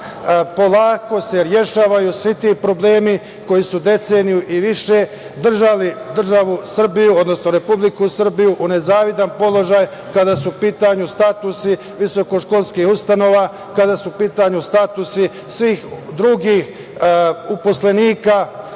polako se rešavaju svi ti problemi koji su deceniju i više držali državu Srbiju, odnosno Republiku Srbiju u nezavidnom položaju kada su u pitanju statusi visokoškolskih ustanova, kada su u pitanju statusi svih drugih zaposlenih